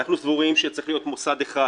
אנחנו סבורים שצריך להיות מוסד אחד